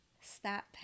Stop